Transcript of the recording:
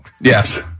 Yes